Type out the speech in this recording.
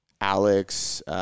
Alex